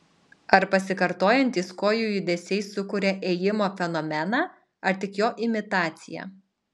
ar pasikartojantys kojų judesiai sukuria ėjimo fenomeną ar tik jo imitaciją